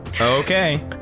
Okay